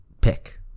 pick